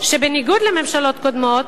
שבניגוד לממשלות קודמות,